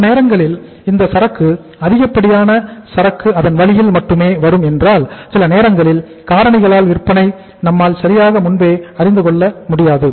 சில நேரங்களில் இந்த சரக்கு அதிகப்படியான சரக்கு அதன் வழியில் மட்டுமே வரும் ஏனென்றால் சில நேரங்களில் காரணிகளால் விற்பனையை நம்மால் சரியாக முன்பே அறிந்துகொள்ள முடியாது